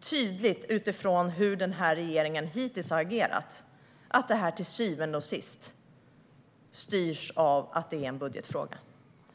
tydligt, utifrån hur denna regering hittills har agerat, att detta till syvende och sist styrs av att det är en budgetfråga.